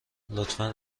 لطفا